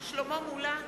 שלמה מולה,